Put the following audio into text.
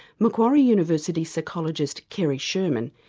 macquarie university psychologist, kerry sherman,